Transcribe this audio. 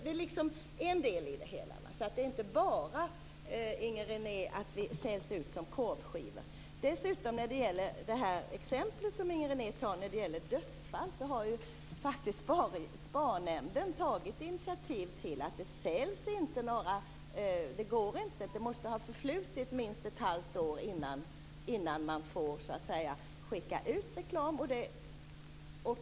Det är en del i det hela. Det är inte bara så att vi säljs ut som korvskivor. När det gäller det exempel som Inger René ger när det gäller dödsfall har SPAR-nämnden tagit initiativ till att det måste ha förflutit minst ett halvt år innan man får skicka ut reklam.